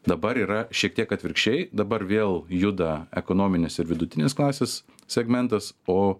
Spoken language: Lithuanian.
dabar yra šiek tiek atvirkščiai dabar vėl juda ekonominės ir vidutinės klasės segmentas o